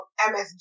MSG